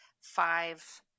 five